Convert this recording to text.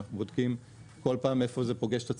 אנחנו בודקים כל פעם איפה זה פוגש את הציבור,